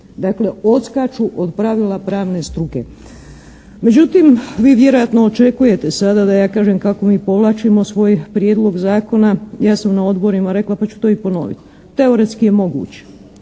Dakle, odskaču od pravila pravne struke. Međutim, vi vjerojatno očekujete sada da ja kažem kako mi povlačimo svoj prijedlog zakona. Ja sam na odborima rekla pa ću to i ponoviti. Teoretski je moguće